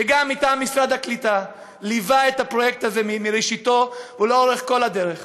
וליווה מטעם משרד הקליטה את הפרויקט הזה מראשיתו ולאורך כל הדרך,